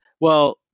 Well-